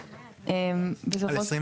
הרשאה, בעצם סעיף